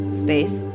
space